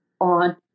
on